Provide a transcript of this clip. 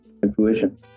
Intuition